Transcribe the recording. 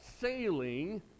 sailing